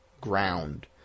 ground